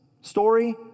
Story